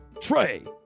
Trey